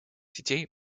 сетей